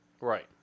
Right